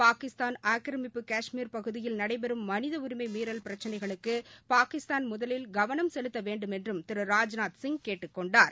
பாகிஸ்தான் ஆக்கிரமிப்பு கஷ்மீர் பகுதியில் நடைபெறும் மனித உரிமை மீறல் பிரச்சினைகளுக்கு பாகிஸ்தான் முதலில் கவனம் செலுத்த வேண்டுமென்றும் திரு ராஜ்நாத்சிங் கேட்டுக் கொண்டார்